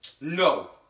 No